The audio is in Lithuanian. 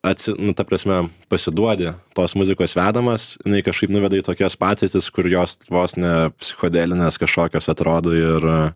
atsi nu ta prasme pasiduodi tos muzikos vedamas jinai kažkaip nuveda į tokias patirtis kur jos vos ne psichodelinės kažkokios atrodo ir a